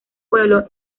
pueblo